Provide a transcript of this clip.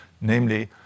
namely